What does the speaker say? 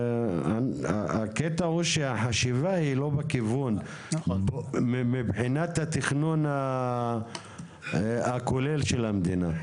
הקטע הוא שהחשיבה היא לא בכיוון מבחינת התכנון הכולל של המדינה.